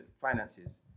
finances